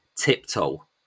Tiptoe